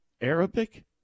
arabic